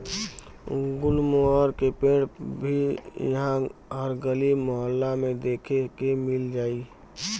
गुलमोहर के पेड़ भी इहा हर गली मोहल्ला में देखे के मिल जाई